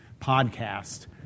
podcast